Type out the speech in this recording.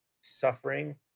suffering